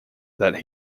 that